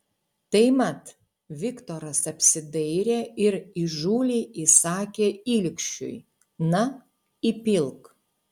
tai mat viktoras apsidairė ir įžūliai įsakė ilgšiui na įpilk